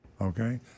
Okay